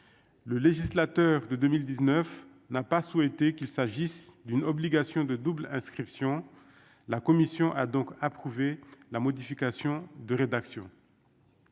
le législateur de 2019 n'a pas souhaité qu'il s'agisse d'une obligation de double inscription, la commission a donc approuvé la modification de rédaction.